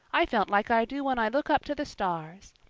i felt like i do when i look up to the stars.